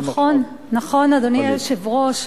נכון, נכון, אדוני היושב-ראש.